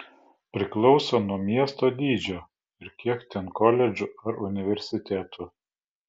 priklauso nuo miesto dydžio ir kiek ten koledžų ar universitetų